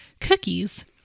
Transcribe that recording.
cookies